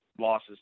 losses